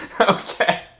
okay